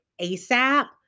ASAP